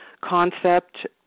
concept